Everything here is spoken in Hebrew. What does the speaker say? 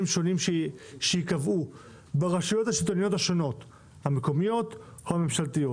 שונים שייקבעו ברשויות המקומיות או הממשלתיות.